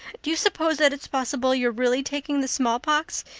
do you suppose that it's possible you're really taking the smallpox?